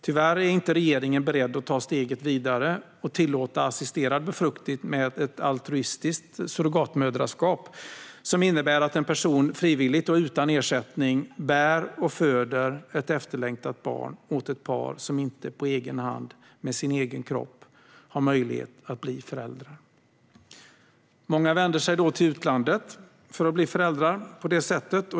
Tyvärr är inte regeringen beredd att ta steget vidare och tillåta assisterad befruktning med ett altruistiskt surrogatmoderskap, som innebär att en person frivilligt och utan ersättning bär och föder ett efterlängtat barn åt ett par som inte på egen hand och med sina egna kroppar har möjlighet att bli föräldrar. Många vänder sig då till utlandet för att bli föräldrar på det sättet.